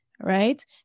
right